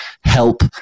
help